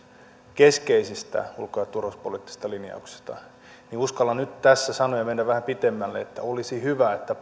keskeisistä ulko ja turvallisuuspoliittisista linjauksista niin uskallan nyt tässä sanoa ja mennä vähän pitemmälle että